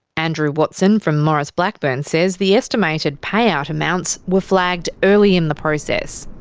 andrew watson from maurice blackburn says the estimated payout amounts were flagged early in the process.